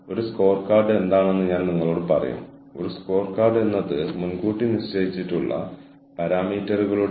നിങ്ങൾക്ക് ഒരു പ്രത്യേക രീതിയിൽ കാര്യങ്ങൾ ചെയ്യാൻ താൽപ്പര്യമുണ്ടെങ്കിൽ നിങ്ങൾ വെട്ടിക്കുറയ്ക്കാൻ ആഗ്രഹിക്കുന്നില്ലെങ്കിൽ നിങ്ങളുടെ കാര്യക്ഷമത കുറയും